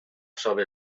sobre